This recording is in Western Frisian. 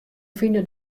fine